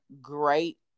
great